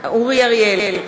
אורי אריאל,